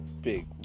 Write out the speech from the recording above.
Big